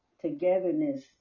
Togetherness